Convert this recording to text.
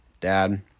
dad